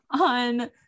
On